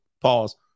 pause